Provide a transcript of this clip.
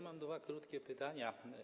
Mam dwa krótkie pytania.